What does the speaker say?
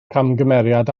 camgymeriad